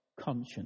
conscience